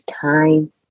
time